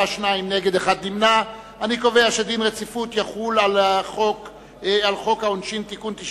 דין רציפות על הצעת חוק העונשין (תיקון מס'